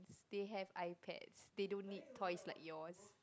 they have iPads they don't need toys like yours